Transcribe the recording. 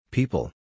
People